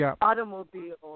automobiles